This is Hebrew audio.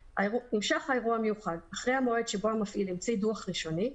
נמשך האירוע המיוחד אחרי המועד שבו המפעיל המציא דוח ראשוני,